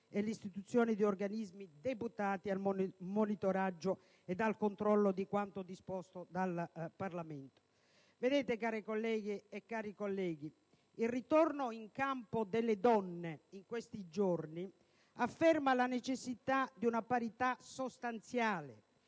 e l'istituzione di organismi deputati al monitoraggio e al controllo di quanto disposto dal Parlamento. Care colleghe, cari colleghi, il ritorno in campo delle donne in questi giorni afferma la necessità di una parità sostanziale